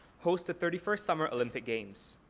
host the thirty first summer olympic games.